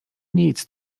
nic